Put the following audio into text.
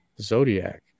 Zodiac